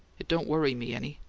it don't worry me any.